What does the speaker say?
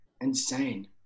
insane